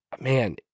man